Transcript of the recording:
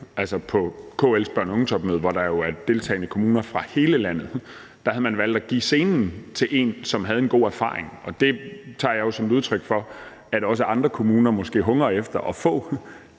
på KL's børn- og unge-topmøde, hvor der jo er deltagende kommuner fra hele landet. Der havde man valgt at give scenen til en, som havde en god erfaring, og det tager jeg jo som et udtryk for, at også andre kommuner måske hungrer efter at få